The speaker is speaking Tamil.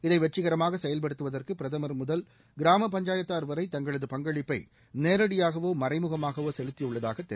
இதை வெற்றிகரமாக செயல்படுத்துவதற்கு பிரதமர் முதல் கிராம பஞ்சாயத்தார் வரை தங்களது பங்களிப்பை நேரடியாகவோ மறைமுகமாகவோ செலுத்தியுள்ளதாக தெரிவித்தார்